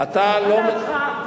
מה דעתך?